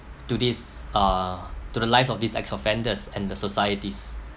to these uh to the lives of these ex offenders and the societies